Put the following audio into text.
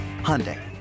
Hyundai